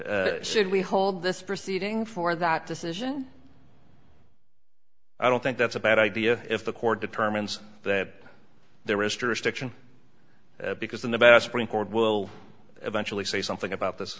should we hold this proceeding for that decision i don't think that's a bad idea if the court determines that there is jurisdiction because then the bass spring board will eventually say something about this